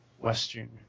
Western